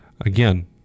again